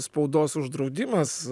spaudos uždraudimas